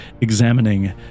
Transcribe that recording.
examining